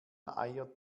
eier